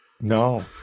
no